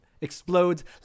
explodes